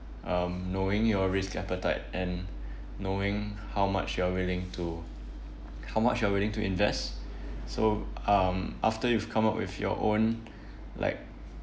um knowing your risk appetite and knowing how much you're willing to how much you are willing to invest so um after you've come up with your own like